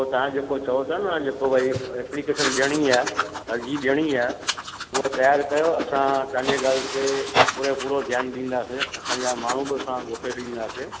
त पोइ ताव्हां जेको चओ था न त अॼु पोइ भई एप्लीकेशन ॾियणी आहे अर्ज़ी ॾियणी आहे उहा त्यारु कयो असां तव्हांजे ॻाल्हि ते पूरो पूरो ध्यानु ॾींदासीं पंहिंजा माण्हू बि तव्हांखे मोकिले ॾींदासीं